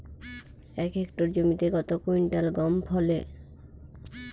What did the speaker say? এক হেক্টর জমিতে কত কুইন্টাল গম ফলে?